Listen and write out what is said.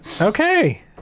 Okay